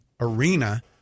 arena